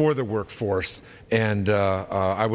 for the workforce and